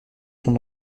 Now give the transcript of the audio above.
sont